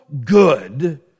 good